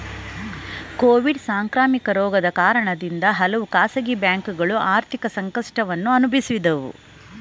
Covid ಸಾಂಕ್ರಾಮಿಕ ರೋಗದ ಕಾರಣದಿಂದ ಹಲವು ಖಾಸಗಿ ಬ್ಯಾಂಕುಗಳು ಆರ್ಥಿಕ ಸಂಕಷ್ಟವನ್ನು ಅನುಭವಿಸಿದವು